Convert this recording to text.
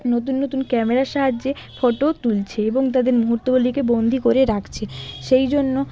নতুন নতুন ক্যামেরার সাহায্যে ফটোও তুলছে এবং তাদের মুহূর্তগুলিকে বন্দি করে রাখছে সেই জন্য